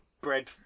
bread